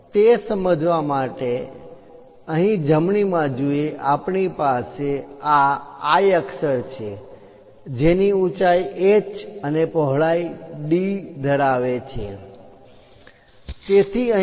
તે સમજવા માટે જમણી બાજુ એ આપણી પાસે આ I અક્ષર છે જેની ઊંચાઈ h અને પહોળાઈ d ધરાવે છે તેથી અહીં h 2